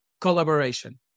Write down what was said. collaboration